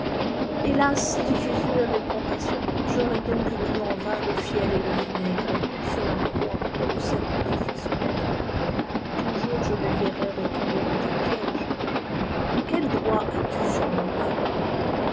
mas dit jésqs avec compassion j aurai donc bu en vain le fief et le vinaigre sur la croix pour le salpt des fils d'adam toujours je les verrai retomber dans tes pièges el droit as tn sur mon peuple